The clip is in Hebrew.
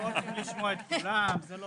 לא רוצים לשמוע את כולם, זה לא